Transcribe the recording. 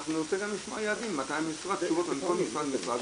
ואנחנו נבקש יעדים מתי כל משרד ומשרד,